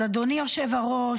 אז אדוני היושב-ראש,